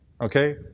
okay